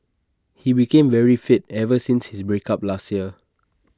he became very fit ever since his break up last year